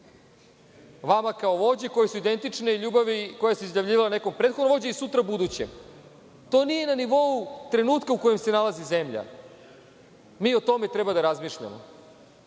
vama kao vođi, koje su identične ljubavi koje su izjavljivale nekom prethodnom vođi i sutra budućem. To nije na nivou trenutka u kojem se nalazi zemlja. Mi o tome treba da razmišljamo. Nadam